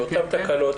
אלה אותן תקנות.